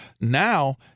Now